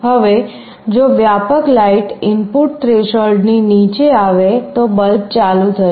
હવે જો વ્યાપક લાઇટ ઇનપુટ થ્રેશોલ્ડથી નીચે આવે તો બલ્બ ચાલુ થશે